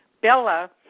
Bella